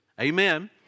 Amen